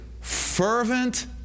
Fervent